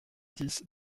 dix